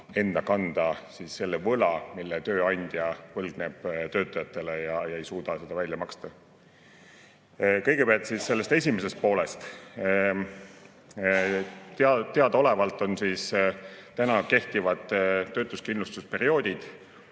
enda kanda võla, mille tööandja võlgneb töötajatele ja mida ta ei suuda välja maksta. Kõigepealt sellest esimesest poolest. Teadaolevalt on praegu kehtivad töötuskindlustusperioodid